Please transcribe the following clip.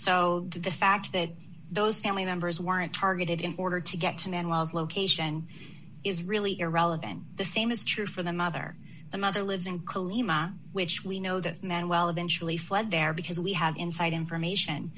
so the fact that those family members weren't targeted in order to get to man was location is really irrelevant the same is true for the mother the mother lives in collene which we know the man well eventually fled there because we have inside information